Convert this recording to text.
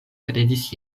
kredis